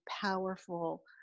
powerful